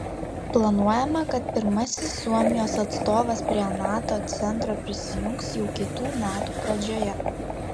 planuojama kad pirmasis suomijos atstovas prie nato centro prisijungs jau kitų metų pradžioje